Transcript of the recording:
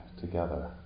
together